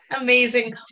Amazing